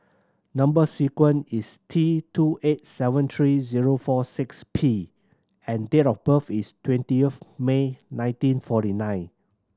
number sequence is T two eight seven three zero four six P and date of birth is twenty of May nineteen forty nine